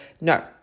no